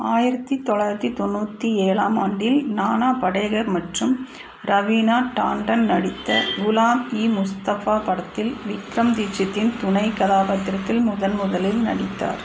ஆயிரத்தி தொள்ளாயிரத்தி தொண்ணூற்றி ஏழாம் ஆண்டில் நானா படேகர் மற்றும் ரவீனா டாண்டன் நடித்த குலாம் இ முஸ்தபா படத்தில் விக்ரம் தீட்சித்தின் துணை கதாபாத்திரத்தில் முதன்முதலில் நடித்தார்